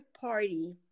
party